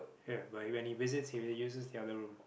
ya but when he visits he will uses the other room